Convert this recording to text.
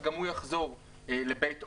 וגם הוא יחזור לבית הוריו,